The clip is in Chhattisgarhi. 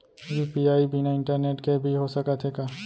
यू.पी.आई बिना इंटरनेट के भी हो सकत हे का?